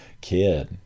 kid